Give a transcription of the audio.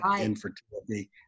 infertility